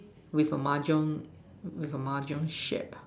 with a mahjong with a mahjong shape ah